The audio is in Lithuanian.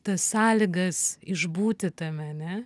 tas sąlygas išbūti tame a ne